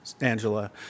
Angela